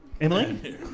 Emily